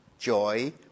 joy